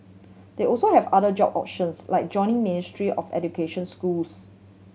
they also have other job options like joining Ministry of Education schools